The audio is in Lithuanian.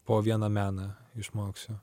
po vieną meną išmoksiu